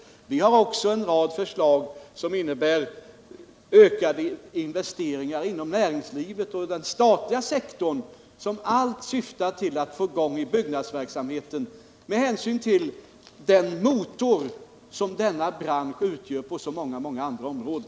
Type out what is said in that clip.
Vi har också lagt fram en rad förslag om ökade investeringar inom näringslivet och inom den statliga sektorn. Allt syftar till att få i gång byggnadsverksamheten, eftersom byggnadsbranschen utgör en motor på så många andra områden.